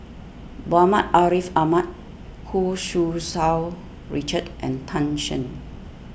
Muhammad Ariff Ahmad Hu Tsu Tau Richard and Tan Shen